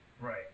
Right